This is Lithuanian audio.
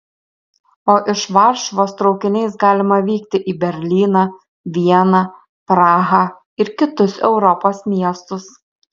o iš varšuvos traukiniais galima vykti į berlyną vieną prahą ir kitus europos miestus